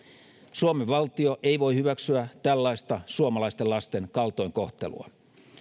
suomen valtio ei voi hyväksyä tällaista suomalaisten lasten kaltoinkohtelua